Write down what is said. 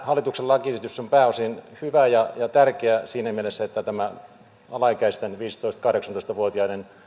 hallituksen lakiesitys on pääosin hyvä ja tärkeä siinä mielessä että tämä alaikäisten viisitoista viiva kahdeksantoista vuotiaiden